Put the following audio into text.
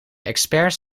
experts